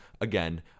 Again